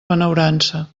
benaurança